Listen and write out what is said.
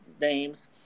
names